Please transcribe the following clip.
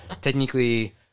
technically